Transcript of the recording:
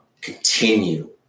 Continue